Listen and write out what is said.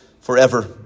forever